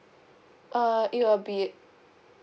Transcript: uh it will be